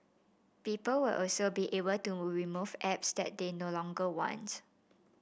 people will also be able to remove apps that they no longer want